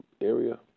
area